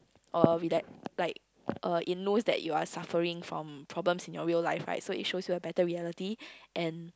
oh with that like uh its knows that you are suffering from problem in your real life right so it shows you a better reality and